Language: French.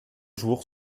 jours